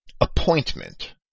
appointment